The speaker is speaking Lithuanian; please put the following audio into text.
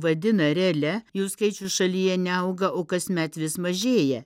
vadina realia jų skaičius šalyje neauga o kasmet vis mažėja